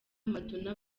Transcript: maduna